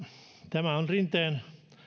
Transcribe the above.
tämä on rinteen